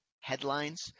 headlines